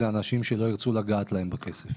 זה אנשים שלא ירצו לגעת להם בכסף.